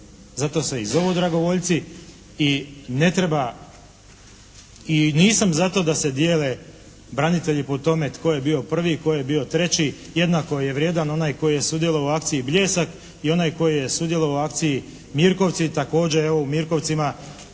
Zato se i zovu dragovoljci i ne treba i nisam za to da se dijele branitelji po tome tko je bio prvi, tko je bio treći? Jednako je vrijedan onaj tko je sudjelovao u akciji "Bljesak" i onaj koji je sudjelovao u akciji Mirkovci. Također evo u Mirkovcima